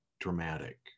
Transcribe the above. dramatic